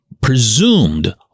presumed